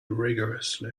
rigourously